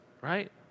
Right